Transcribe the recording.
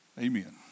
Amen